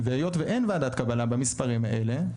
והיות ואין ועדת קבלה במספרים האלה,